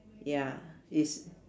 ya it's